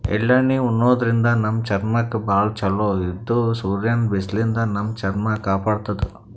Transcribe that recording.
ಎಳ್ಳಣ್ಣಿ ಉಣಾದ್ರಿನ್ದ ನಮ್ ಚರ್ಮಕ್ಕ್ ಭಾಳ್ ಛಲೋ ಇದು ಸೂರ್ಯನ್ ಬಿಸ್ಲಿನ್ದ್ ನಮ್ ಚರ್ಮ ಕಾಪಾಡತದ್